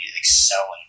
excelling